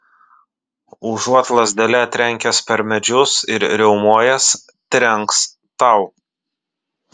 užuot lazdele trenkęs per medžius ir riaumojęs trenks tau